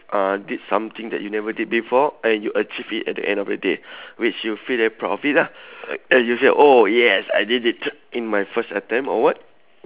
uh did something that you never did before and you achieve it at the end of the day which you feel very proud of it lah like and you say oh yes I did it in my first attempt or what